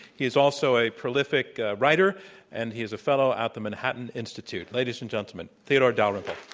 he's also a prolific writer and he's a fellow at the manhattan institute. ladies and gentlemen, theodore dalrymple.